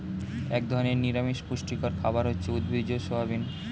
এক ধরনের নিরামিষ পুষ্টিকর খাবার হচ্ছে উদ্ভিজ্জ সয়াবিন